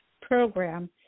program